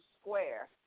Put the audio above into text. Square